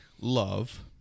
love